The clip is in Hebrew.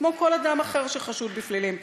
כמו כל אדם אחר שחשוד בפלילים.